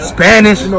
Spanish